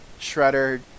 Shredder